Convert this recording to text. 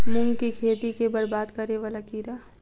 मूंग की खेती केँ बरबाद करे वला कीड़ा?